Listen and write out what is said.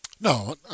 No